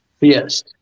Yes